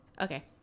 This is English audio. Okay